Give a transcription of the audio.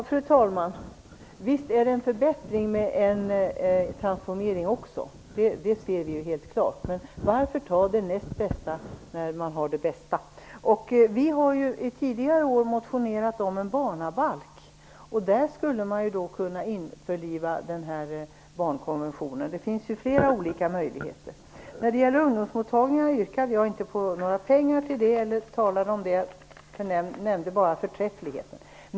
Fru talman! Visst innebär även en transformering en förbättring! Men varför ta det näst bästa när man kan ta det bästa? Vi har tidigare år motionerat om en barnabalk. Där skulle man kunna införliva barnkonventionen. Det finns alltså flera olika möjligheter. När det gällde ungdomsmottagningarna yrkade jag inte på några pengar. Jag nämnde bara att det vore förträffligt.